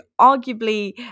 arguably